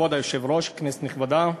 כבוד היושב-ראש, כנסת נכבדה,